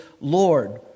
Lord